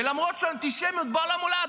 ולמרות שהאנטישמיות בעולם עולה,